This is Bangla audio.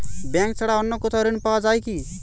ব্যাঙ্ক ছাড়া অন্য কোথাও ঋণ পাওয়া যায় কি?